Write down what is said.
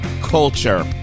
culture